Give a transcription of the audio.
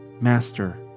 Master